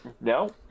No